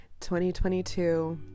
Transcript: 2022